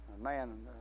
man